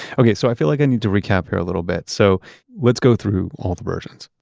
okay. so i feel like i need to recap here a little bit. so let's go through all the versions.